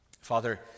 Father